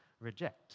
reject